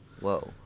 Whoa